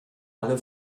alle